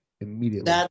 immediately